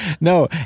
No